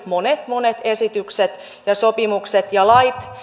monet monet esitykset ja sopimukset ja lait